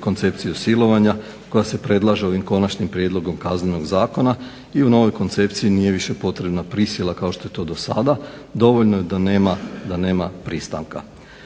koncepciju silovanja koja se predlaže ovim Konačnim prijedlogom Kaznenog zakona i u novoj koncepciji nije više potrebna prisila kao što je to do sada, dovoljno je da nema pristanka.